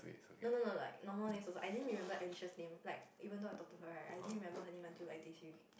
no no no like normal name also I think remember Alice's name like even though I talked to her right I think remember her name until like day three